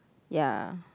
ya